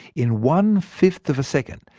in one fifth of a second,